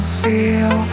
feel